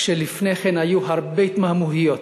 כשלפני כן היו הרבה התמהמהויות,